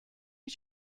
you